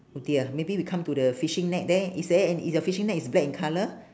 oh dear maybe we come to the fishing net there is there an~ is your fishing net is black in colour